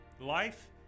life